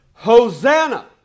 Hosanna